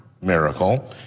miracle